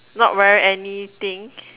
not wear anything